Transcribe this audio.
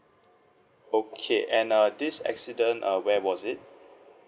okay and uh this accident uh where was it